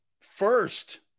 First